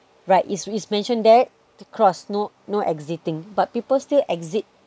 right it's it's mentioned there to cross no no exiting but people still exit